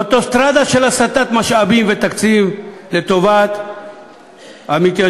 אוטוסטרדה של הסטת משאבים ותקציב לטובת המתיישבים.